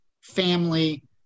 family